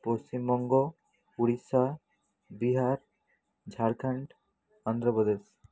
Paschimbanga Orissa Bihar Jharkhand Andhra Pradesh